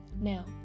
Now